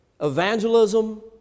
evangelism